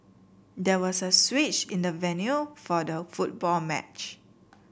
there was a switch in the venue for the football match